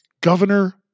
Governor